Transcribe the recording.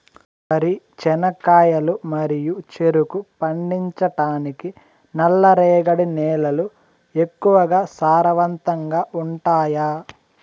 వరి, చెనక్కాయలు మరియు చెరుకు పండించటానికి నల్లరేగడి నేలలు ఎక్కువగా సారవంతంగా ఉంటాయా?